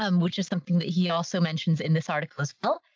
um which is something that he also mentions in this article as well.